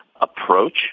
approach